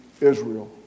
Israel